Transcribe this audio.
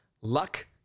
Luck